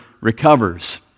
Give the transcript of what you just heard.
recovers